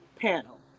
panel